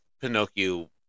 Pinocchio